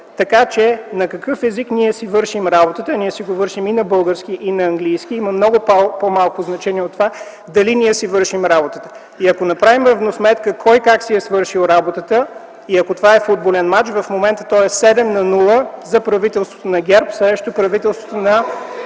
Така че на какъв език ние си вършим работата - ние си я вършим и на български, и на английски език - има много по-малко значение от това дали ние си вършим работата. Ако направим равносметка кой как си е свършил работата и ако това е футболен мач, в момента той е 7:0 за правителството на ГЕРБ срещу правителството на